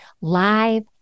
live